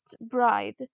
bride